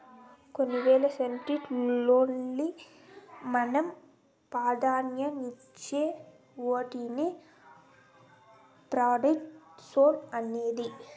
కొన్ని వేల స్టాక్స్ లోకెల్లి మనం పాదాన్యతిచ్చే ఓటినే ప్రిఫర్డ్ స్టాక్స్ అనేది